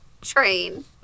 train